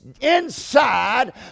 inside